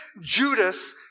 Judas